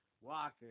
Walker